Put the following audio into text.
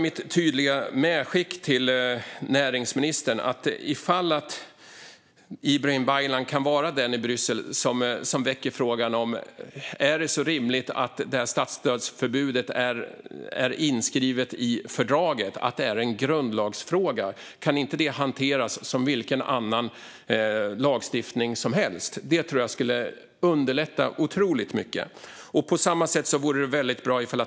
Mitt tydliga medskick till näringsminister Ibrahim Baylan är att han kanske kan vara den som i Bryssel väcker frågan om det är rimligt att statsstödsförbudet är inskrivet i fördraget, att det är en grundlagsfråga. Kan det inte hanteras som vilken annan lagstiftning som helst? Det tror jag skulle underlätta otroligt mycket.